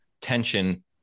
tension